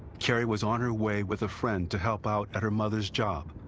caheri was on her way with a friend to help out at her mother's job,